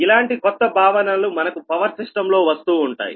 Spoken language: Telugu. ఇలాంటి కొత్త భావనలు మనకు పవర్ సిస్టం లో వస్తూ ఉంటాయి